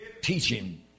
teaching